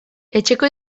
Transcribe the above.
etxeko